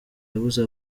yabuze